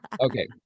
Okay